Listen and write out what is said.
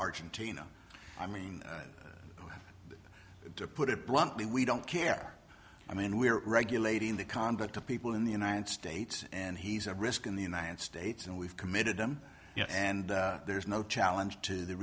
argentina i mean to put it bluntly we don't care i mean we're regulating the conduct of people in the united states and he's a risk in the united states and we've committed them and there's no challenge to the